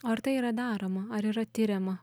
o ar tai yra daroma ar yra tiriama